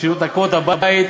תשאלו את עקרות הבית,